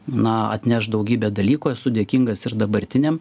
na atneš daugybę dalykų esu dėkingas ir dabartiniam